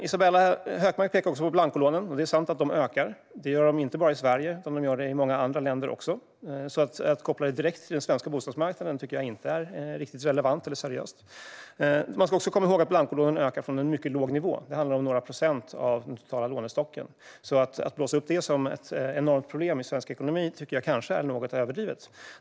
Isabella Hökmark pekar också på blankolånen. Det är sant att de ökar. Det gör de inte bara i Sverige utan också i många andra länder, så att koppla det direkt till den svenska bostadsmarkanden tycker jag inte är riktigt relevant eller seriöst. Man ska också komma ihåg att blankolånen ökar från en mycket låg nivå. Det handlar om några procent av den totala lånestocken, så att blåsa upp det som ett enormt problem i svensk ekonomi är kanske något överdrivet.